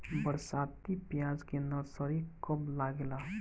बरसाती प्याज के नर्सरी कब लागेला?